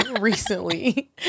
recently